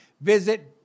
Visit